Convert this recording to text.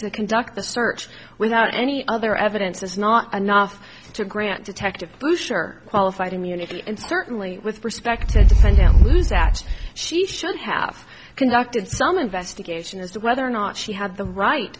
to conduct the search without any other evidence is not enough to grant detective qualified immunity and certainly with perspective when you lose that she should have conducted some investigation as to whether or not she had the right